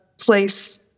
place